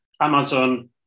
Amazon